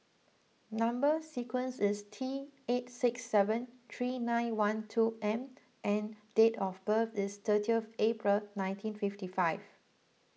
Number Sequence is T eight six seven three nine one two M and date of birth is thirtieth April nineteen fifty five